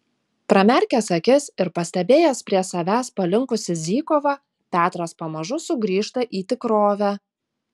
pramerkęs akis ir pastebėjęs prie savęs palinkusį zykovą petras pamažu sugrįžta į tikrovę